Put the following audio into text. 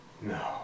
No